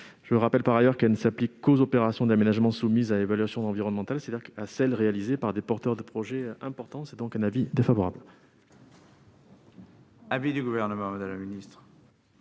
Je rappelle par ailleurs qu'elle ne s'applique qu'aux opérations d'aménagement soumises à évaluation environnementale, c'est-à-dire à celles qui sont réalisées par des porteurs de projets importants. Le Gouvernement est donc défavorable